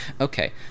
okay